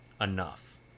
enough